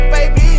Baby